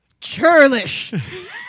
Churlish